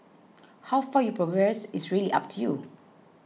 how far you progress is really up to you